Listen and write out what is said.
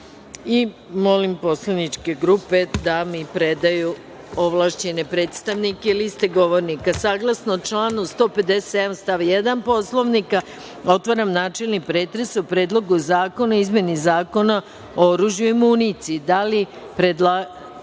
poslaničke grupe da mi predaju liste ovlašćenih predstavnika, liste govornika. Saglasno članu 157. stav 1. Poslovnika, otvaram načelni pretres o Predlogu zakona o izmeni Zakona o oružju i municiji. Da